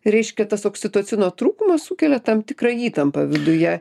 reiškia tas oksitocino trūkumas sukelia tam tikrą įtampą viduje